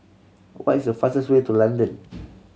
what is the fastest way to London